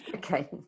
okay